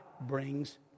brings